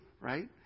right